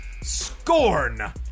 Scorn